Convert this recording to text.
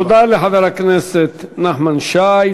תודה לחבר הכנסת נחמן שי.